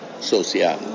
social